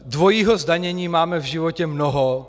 Dvojího zdanění máme v životě mnoho.